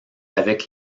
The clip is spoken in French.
avec